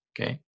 Okay